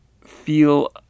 feel